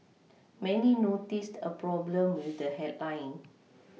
many noticed a problem with the headline